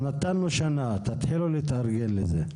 נתנו שנה, תתחילו להתארגן לזה.